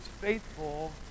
faithful